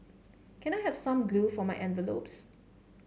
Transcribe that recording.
can I have some glue for my envelopes